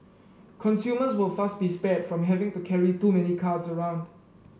consumers will thus be spared from having to carry too many cards around